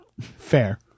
Fair